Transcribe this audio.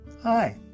Hi